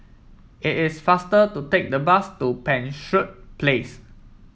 it is faster to take the bus to Penshurst Place